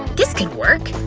this could work!